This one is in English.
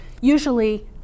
usually